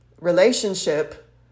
relationship